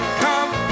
come